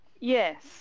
Yes